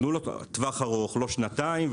תנו לו טווח ארוך לא שנתיים,